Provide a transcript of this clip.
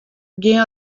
gjin